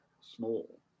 small